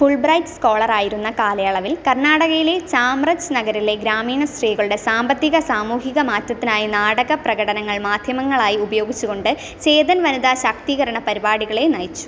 Fulbright scholar ആയിരുന്ന കാലയളവിൽ കർണാടകയിലെ ചാമ്രജ് നഗറിലെ ഗ്രാമീണ സ്ത്രീകളുടെ സാമ്പത്തിക സാമൂഹിക മാറ്റത്തിനായി നാടക പ്രകടനങ്ങൾ മാധ്യമങ്ങളായി ഉപയോഗിച്ചു കൊണ്ട് ചേതൻ വനിതാ ശാക്തീകരണ പരിപാടികളെ നയിച്ചു